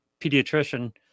pediatrician